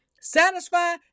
satisfy